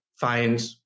find